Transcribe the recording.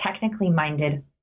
technically-minded